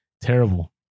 terrible